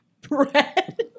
Bread